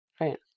right